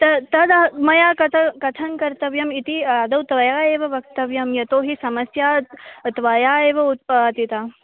तद् तदा मया कथं कथं कर्तव्यम् इति आदौ त्वया एव वक्तव्यं यतो हि समस्या त्वया एव उत्पादिता